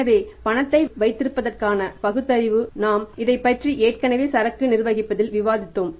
இப்போது பணத்தை வைத்திருப்பதற்கான பகுத்தறிவு நாம் இதை பற்றி ஏற்கனவே சரக்கு நிர்வகிப்பதில் விவாதித்தோம்